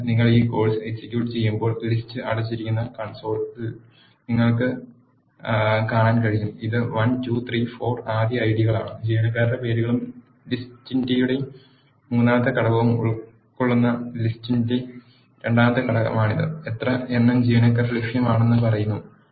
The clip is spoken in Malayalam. അതിനാൽ നിങ്ങൾ ഈ കോഴ് സ് എക്സിക്യൂട്ട് ചെയ്യുമ്പോൾ ലിസ്റ്റ് അച്ചടിച്ചിരിക്കുന്ന കൺസോളിൽ നിങ്ങൾക്ക് കാണാൻ കഴിയും ഇത് 1 2 3 4 ആദ്യ ഐഡികളാണ് ജീവനക്കാരുടെ പേരുകളും ലിസ്റ്റ് യുടെ മൂന്നാമത്തെ ഘടകവും ഉൾക്കൊള്ളുന്ന ലിസ്റ്റ് യുടെ രണ്ടാമത്തെ ഘടകമാണിത് എത്ര എണ്ണം ജീവനക്കാർ ലഭ്യമാണെന്ന് പറയുന്നു